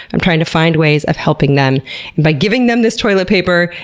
i'm trying to find ways of helping them, and by giving them this toilet paper,